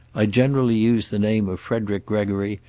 i generally use the name of frederick gregory,